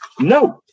No